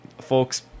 folks